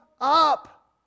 up